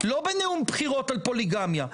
לא בנאום בחירות על פוליגמיה,